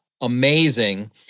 amazing